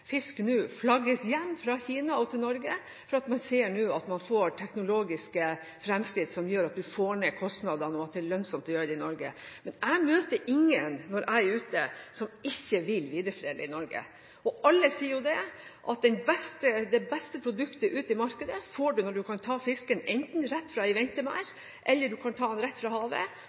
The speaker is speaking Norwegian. fisk nå flagges hjem fra Kina til Norge fordi man ser at man får teknologiske fremskritt som gjør at man får ned kostnadene, og at det er lønnsomt å gjøre det i Norge. Jeg møter ingen, når jeg er ute, som ikke vil videreforedle i Norge. Alle sier at det beste produktet på markedet får man når man kan ta fisken enten rett fra en ventemerd eller rett fra havet og videreforedle den